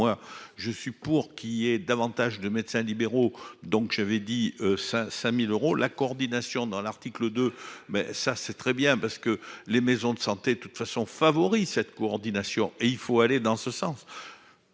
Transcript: moi je suis pour qu'il y ait davantage de médecins libéraux. Donc j'avais dit ça 5000 euros la coordination dans l'article de mais ça c'est très bien parce que les maisons de santé de toute façon favori cette coordination et il faut aller dans ce sens.